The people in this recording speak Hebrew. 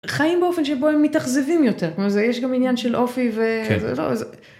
חיים באופן שבו הם מתאכזבים יותר. כלומר, זה... יש גם עניין של אופי ו... לא...